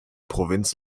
provinz